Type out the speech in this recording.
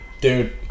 Dude